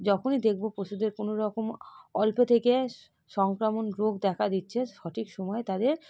যখনই দেখবো পশুদের কোনওরকম অল্পে থেকে সংক্রমণ রোগ দেখা দিচ্ছে সঠিক সময়ে তাদের